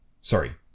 Sorry